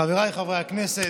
חבריי חברי הכנסת,